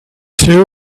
two